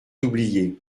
oubliés